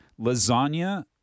Lasagna